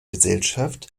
gesellschaft